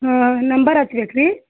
ಹಾಂ ನಂಬರ್ ಹಚ್ಬೇಕು ರೀ